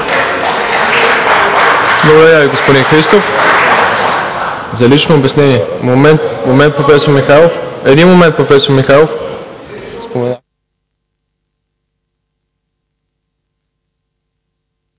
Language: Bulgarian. Благодаря Ви, господин Христов. За лично обяснение? Заповядайте, професор Михайлов,